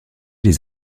les